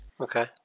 Okay